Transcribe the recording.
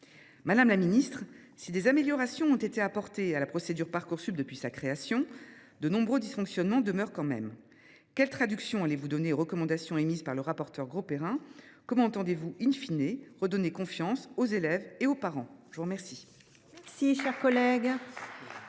Madame la ministre, si des améliorations ont été apportées à la procédure Parcoursup depuis sa création, de nombreux dysfonctionnements perdurent. Quelle traduction réservez vous aux recommandations émises par Jacques Grosperrin ? Comment entendez vous,, redonner confiance aux élèves et aux parents ? Merci